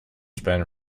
span